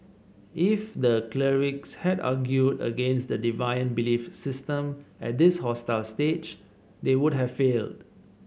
if the clerics had argued against the deviant belief system at this hostile stage they would have failed